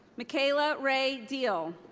michaela rae diehl.